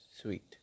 sweet